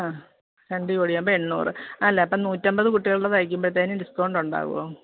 ആ രണ്ട് ജോഡിയാകുമ്പം എണ്ണുറ് അല്ല അപ്പം നൂറ്റി അമ്പത് കുട്ടികളുടെ തയ്ക്കുമ്പോഴത്തേക്കും ഡിസ്ക്കൗണ്ട് ഉണ്ടാകുമോ